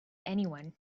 anyone